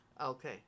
Okay